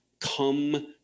come